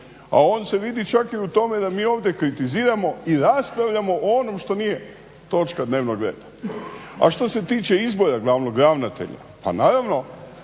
a on se vidi čak i u tome da mi ovdje kritiziramo i raspravljamo o onom što nije točka dnevnog reda. A što se tiče izbora glavnog ravnatelja, pa naravno